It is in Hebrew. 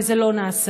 וזה לא נעשה.